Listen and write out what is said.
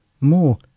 more